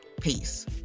peace